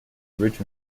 rich